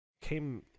Came